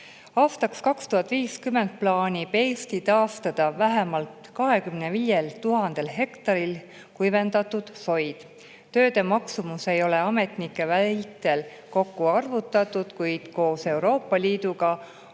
Aastaks 2050 plaanib Eesti taastada vähemalt 25 000 hektaril kuivendatud soid. Tööde maksumust ei ole ametnike väitel kokku arvutatud, kuid koos Euroopa Liiduga